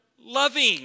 loving